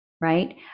right